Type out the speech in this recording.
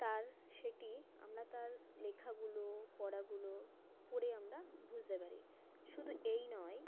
তার সেটি আমরা তার লেখাগুলো পড়াগুলো পড়ে আমরা বুঝতে পারি শুধু এই নয়